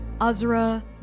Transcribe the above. Azra